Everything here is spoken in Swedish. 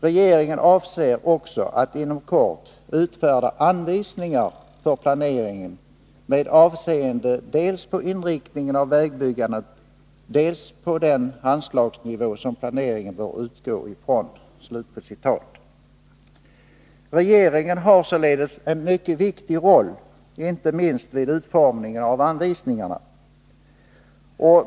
Regeringen avser också att inom kort utfärda anvisningar för planeringen med avseende dels på inriktningen av vägbyggandet, dels på den anslagsnivå som planeringen bör utgå från.” Regeringen har således en mycket viktig roll, inte minst vid utformningen av anvisningarna.